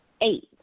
eight